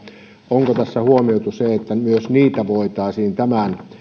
onko tässä huomioitu se että myös niitä voitaisiin tämän